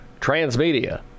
Transmedia